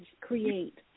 create